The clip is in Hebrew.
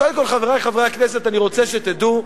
קודם כול, חברי חברי הכנסת, אני רוצה שתדעו,